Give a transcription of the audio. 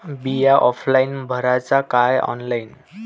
बिमा ऑफलाईन भराचा का ऑनलाईन?